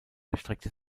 erstreckte